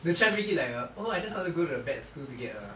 don't try to make it like a oh I just wanted to go to a bad school to get a